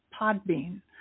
Podbean